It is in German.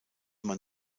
man